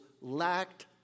lacked